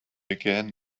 again